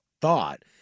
thought